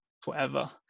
forever